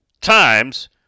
times